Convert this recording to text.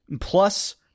plus